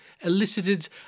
elicited